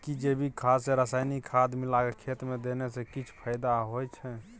कि जैविक खाद आ रसायनिक खाद मिलाके खेत मे देने से किछ फायदा होय छै?